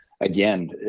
again